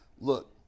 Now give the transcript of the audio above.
Look